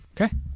Okay